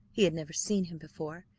he had never seen him before,